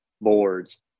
boards